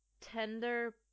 tender